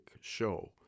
show